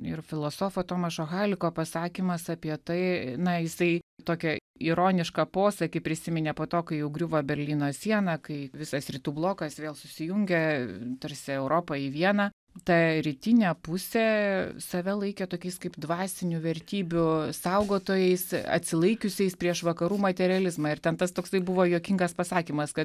ir filosofo tomašo haliko pasakymas apie tai na jisai tokią ironišką posakį prisiminė po to kai jau griuva berlyno siena kai visas rytų blokas vėl susijungė tarsi europa į vieną ta rytinė pusė save laikė tokiais kaip dvasinių vertybių saugotojais atsilaikiusiais prieš vakarų materializmą ir ten tas toksai buvo juokingas pasakymas kad